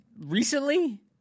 recently